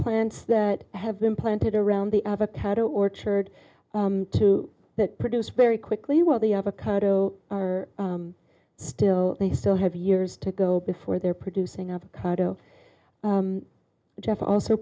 plants that have been planted around the avocado orchard to that produce very quickly while the avocado are still they still have years to go before they're producing other cardo jeff also